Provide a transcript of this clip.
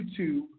YouTube